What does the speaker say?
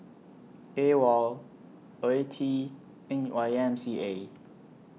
AWOL OETI and Y M C A